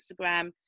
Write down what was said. instagram